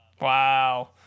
wow